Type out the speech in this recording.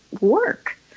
work